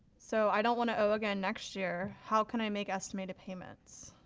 so i don't wanna owe again next year, how can i make estimated payments?